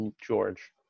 George